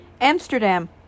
Amsterdam